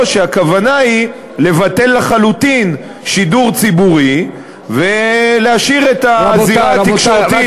או שהכוונה היא לבטל לחלוטין שידור ציבורי ולהשאיר את הזירה התקשורתית,